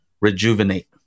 rejuvenate